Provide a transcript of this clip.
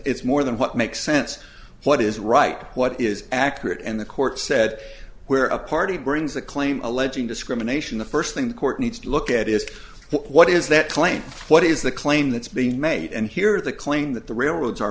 it's more than what makes sense what is right what is accurate and the court said we're a party brings a claim alleging discrimination the first thing the court needs to look at is what is that claim what is the claim that's being made and here the claim that the railroads are